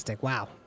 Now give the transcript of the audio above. Wow